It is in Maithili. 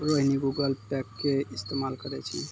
रोहिणी गूगल पे के इस्तेमाल करै छै